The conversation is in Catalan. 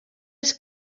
els